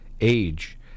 age